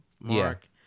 mark